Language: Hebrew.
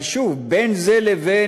אבל שוב, בין זה לבין